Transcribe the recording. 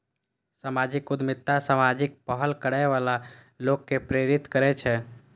सामाजिक उद्यमिता सामाजिक पहल करै बला लोक कें प्रेरित करै छै